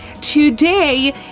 Today